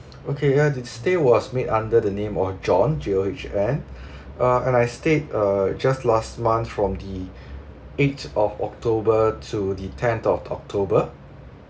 okay ya the stay was made under the name of john J O H N uh and I stayed uh just last month from the eighth of october to the tenth of october